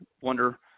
wonder